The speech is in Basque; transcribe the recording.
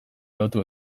lotu